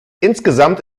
insgesamt